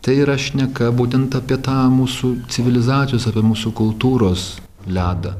tai yra šneka būtent apie tą mūsų civilizacijos apie mūsų kultūros ledą